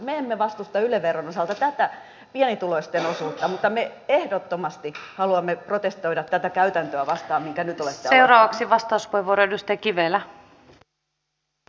me emme vastusta yle veron osalta tätä pienituloisten osuutta mutta me ehdottomasti haluamme protestoida tätä käytäntöä vastaan minkä nyt olette aiheuttaneet